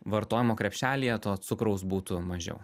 vartojimo krepšelyje to cukraus būtų mažiau